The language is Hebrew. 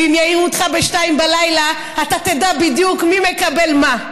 ואם יעירו אותך בשתיים בלילה אתה תדע בדיוק מי מקבל מה.